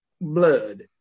blood